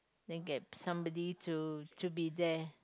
then get somebody to to be there